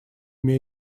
ими